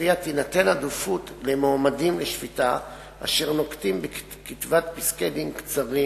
שלפיה תינתן עדיפות למועמדים לשפיטה אשר נוקטים כתיבת פסקי-דין קצרים,